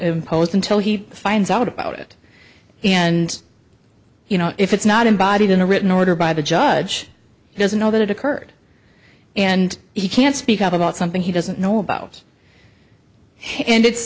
imposed until he finds out about it and you know if it's not embodied in a written order by the judge he doesn't know that it occurred and he can't speak up about something he doesn't know about it and it's